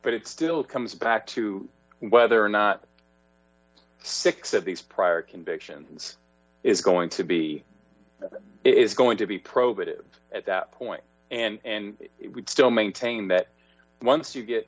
but it still comes back to whether or not six of these prior convictions is going to be is going to be probative at that point and it would still maintain that once you get